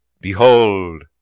Behold